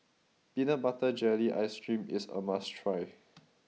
Peanut Butter Jelly ice cream is a must try